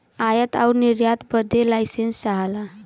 आयात आउर निर्यात बदे लाइसेंस चाहला